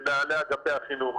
למנהלי אגפי החינוך,